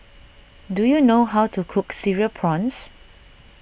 do you know how to cook Cereal Prawns